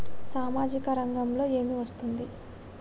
సామాజిక రంగంలో ఏమి వస్తుంది?